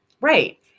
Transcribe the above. right